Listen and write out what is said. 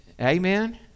amen